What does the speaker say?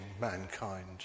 mankind